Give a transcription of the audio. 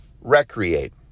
recreate